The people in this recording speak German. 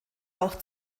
auch